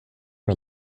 for